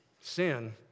Sin